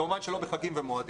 כמובן שלא בחגים ובמועדים.